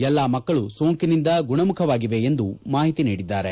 ಎಲ್ಲಾ ಮಕ್ಕಳು ಸೋಂಕಿನಿಂದ ಗುಣಮುಖವಾಗಿವೆ ಎಂದು ಮಾಹಿತಿ ನೀಡಿದ್ದಾರೆ